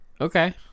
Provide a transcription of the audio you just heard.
okay